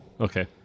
Okay